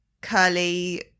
curly